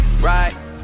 right